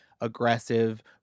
aggressive